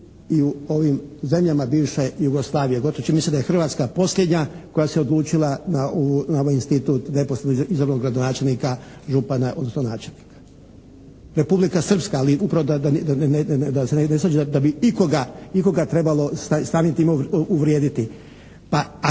i u ovim zemljama bivše Jugoslavije. Gotovo čini mi se da je Hrvatska posljednja koja se odlučila na ovaj institut neposredno izabranog gradonačelnika, župana, odnosno načelnika. Republika Srpska, ali upravo da se ne … /Ne razumije se./ … da bi ikoga trebalo samim time uvrijediti.